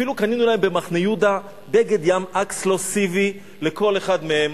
אפילו קנינו במחנה-יהודה בגד-ים אַקסלוֹסיבי לכל אחד מהם,